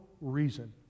reason